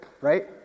Right